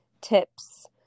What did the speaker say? tips